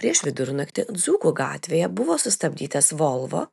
prieš vidurnaktį dzūkų gatvėje buvo sustabdytas volvo